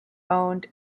owned